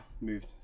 moved